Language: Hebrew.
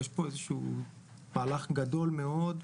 יש כאן איזשהו מהלך גדול מאוד.